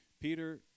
Peter